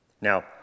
Now